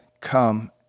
come